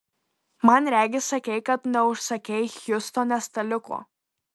man regis sakei kad neužsakei hjustone staliuko